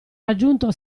raggiunto